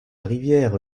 rivière